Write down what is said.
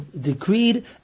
decreed